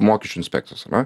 mokesčių inspekcijos ane